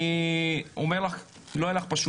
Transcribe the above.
אני אומר לך, לא יהיה לך פשוט,